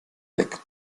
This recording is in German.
weg